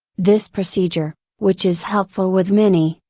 this procedure, which is helpful with many,